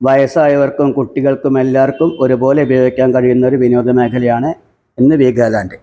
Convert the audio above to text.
വയസ്സായവര്ക്കും കുട്ടികള്ക്കും എല്ലാവര്ക്കും ഒരു പോലെ ഉപയോഗിക്കാന് കഴിയുന്ന ഒരു വിനോദ മേഖലയാണ് ഇന്ന് വീഗാലാന്ഡ്